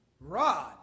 rod